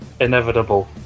inevitable